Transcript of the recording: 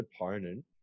opponent